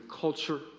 culture